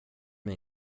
mig